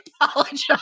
apologize